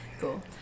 Cool